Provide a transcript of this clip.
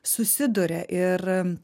susiduria ir